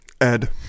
Ed